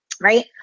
right